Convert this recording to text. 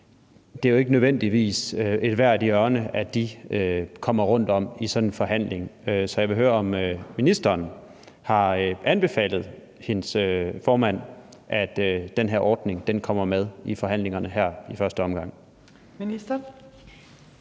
Det er jo ikke nødvendigvis ethvert hjørne, de kommer rundt om i sådan en forhandling, så jeg vil høre, om ministeren har anbefalet sin formand, at den her ordning kommer med i forhandlingerne her i første omgang. Kl.